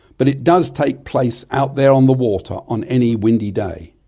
but it does take place out there on the water, on any windy day.